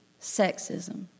sexism